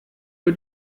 für